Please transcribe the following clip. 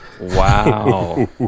wow